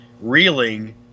reeling